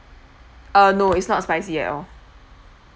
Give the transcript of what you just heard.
uh no is not spicy at all